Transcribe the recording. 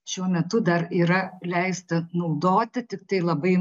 šiuo metu dar yra leista naudoti tiktai labai